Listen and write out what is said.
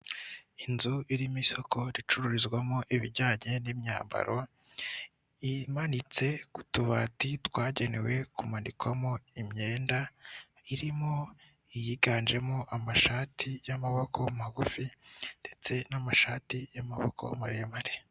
Inzu irimo isoko ricururizwamo ibijyanye n'imyambaro imanitse ku tubati twagenewe kumanikwamo imyenda, irimo iyiganjemo amashati y'amaboko magufi ndetse n'amashati y'amaboko maremare.